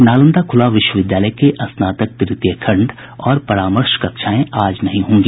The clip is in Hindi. नालंदा खुला विश्वविद्यालय के स्नातक तृतीय खंड और परामर्श कक्षाएं आज नहीं होगी